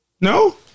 No